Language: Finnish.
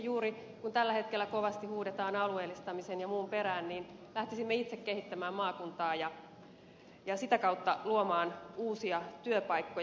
kun tällä hetkellä kovasti huudetaan alueellistamisen ja muun perään niin ehkä pikemminkin juuri lähtisimme itse kehittämään maakuntaa ja sitä kautta luomaan uusia työpaikkoja